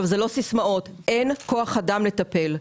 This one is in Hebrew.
אלה לא סיסמאות אין כוח אדם לטפל.